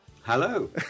Hello